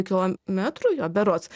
kilometrų jo berods